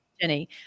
Jenny